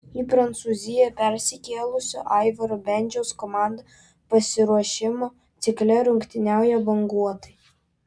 į prancūziją persikėlusio aivaro bendžiaus komanda pasiruošimo cikle rungtyniauja banguotai